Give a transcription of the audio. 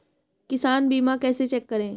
किसान बीमा कैसे चेक करें?